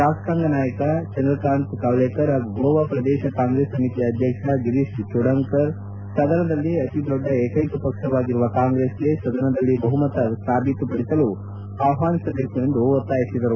ಶಾಸಕಾಂಗ ನಾಯಕ ಚಂದ್ರಕಾಂತ್ ಕವ್ಲೇಕರ್ ಹಾಗೂ ಗೋವಾ ಪ್ರದೇಶ ಕಾಂಗ್ರೆಸ್ ಸಮಿತಿ ಅಧ್ಯಕ್ಷ ಗಿರೀಶ್ ಚುಡಂಕರ್ ಸದನದಲ್ಲಿ ಅತಿ ದೊಡ್ಡ ಏಕೈಕ ಪಕ್ಷವಾಗಿರುವ ಕಾಂಗ್ರೆಸ್ಗೆ ಸದನದಲ್ಲಿ ಬಹುಮತ ಸಾಬೀತುಪಡಿಸಲು ಆಹ್ವಾನಿಸಬೇಕು ಎಂದು ಆಗ್ರಹಿಸಿದರು